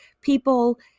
people